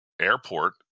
airport